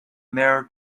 mirror